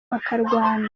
bakarwana